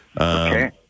Okay